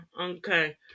okay